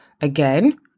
Again